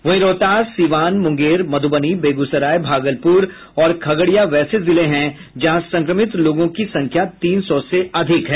वहीं रोहतास सीवान मुंगेर मधुबनी बेगूसराय भागलपुर और खगड़िया वैसे जिले है जहां संक्रमितों लोगों की संख्या तीन सौ से अधिक है